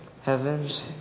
heavens